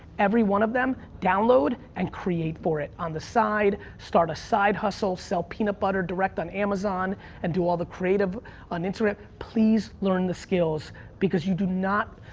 every one of them download and create for it. on the side, start a side hustle. sell peanut butter direct on amazon and do all the creative on internet. please learn the skills because you do not,